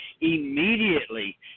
immediately